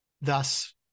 thus